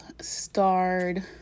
starred